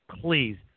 please